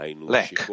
lack